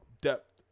depth